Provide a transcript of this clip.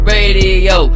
Radio